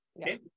Okay